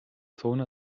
zone